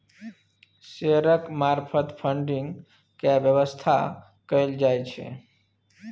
शेयरक मार्फत फडिंग केर बेबस्था कएल जाइ छै